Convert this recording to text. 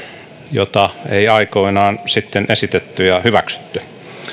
jota ei aikoinaan sitten esitetty ja hyväksytty